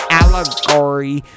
allegory